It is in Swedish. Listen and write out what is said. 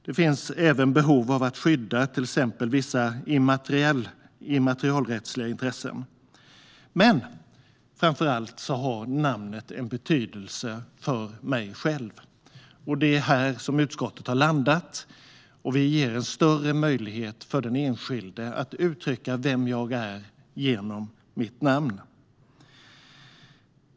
Det finns även behov av att skydda till exempel vissa immaterialrättsliga intressen. Men framför allt har namnet en betydelse för mig själv. Det är här som utskottet har landat, att vi ger en större möjlighet för den enskilde att uttrycka vem man är genom sitt namn.